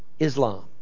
Islam